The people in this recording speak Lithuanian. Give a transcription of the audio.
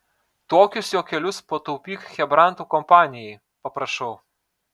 tokius juokelius pataupyk chebrantų kompanijai paprašau